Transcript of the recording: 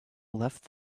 left